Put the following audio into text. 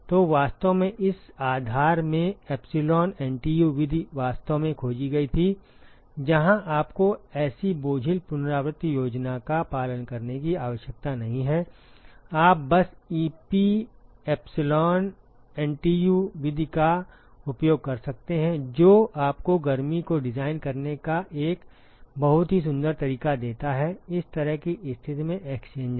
तो वास्तव में इस आधार में एप्सिलॉन एनटीयू विधि वास्तव में खोजी गई थी जहां आपको ऐसी बोझिल पुनरावृत्ति योजना का पालन करने की आवश्यकता नहीं है आप बस ईपीएसलॉन एनटीयू विधि का उपयोग कर सकते हैं जो आपको गर्मी को डिजाइन करने का एक बहुत ही सुंदर तरीका देता है इस तरह की स्थिति में एक्सचेंजर